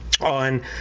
on